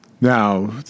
Now